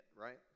right